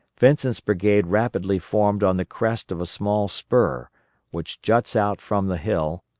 vincent's brigade rapidly formed on the crest of a small spur which juts out from the hill,